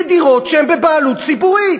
בדירות שהן בבעלות ציבורית,